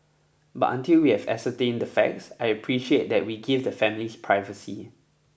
but until we have ascertained the facts I appreciate that we give the families privacy